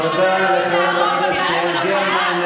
תודה לחברת הכנסת יעל גרמן.